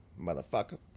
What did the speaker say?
motherfucker